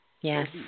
Yes